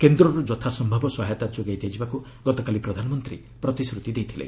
କେନ୍ଦ୍ରରୁ ଯଥାସମ୍ଭବ ସହାୟତା ଦିଆଯିବାକୁ ଗତକାଲି ପ୍ରଧାନମନ୍ତ୍ରୀ ପ୍ରତିଶ୍ରତି ଦେଇଛନ୍ତି